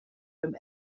from